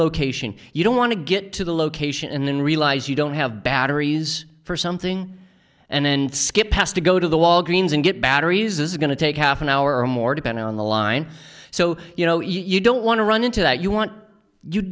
location you don't want to get to the location and then realize you don't have batteries for something and then skip has to go to the walgreens and get batteries are going to take half an hour or more depending on the line so you know you don't want to run into that you want you